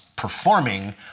performing